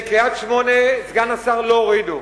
סגן השר, בקריית-שמונה לא הורידו.